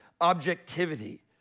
objectivity